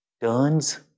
turns